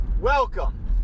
welcome